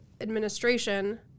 administration